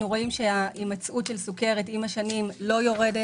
אנחנו רואים שההימצאות של סוכרת עם השנים לא יורדת.